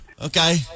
Okay